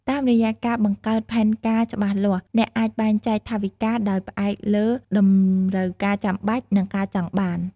តាមរយៈការបង្កើតផែនការច្បាស់លាស់ អ្នកអាចបែងចែកថវិកាដោយផ្អែកលើតម្រូវការចាំបាច់ និងការចង់បាន។